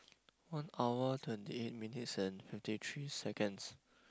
one hour twenty eight minutes and fifty three seconds